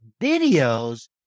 videos